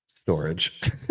storage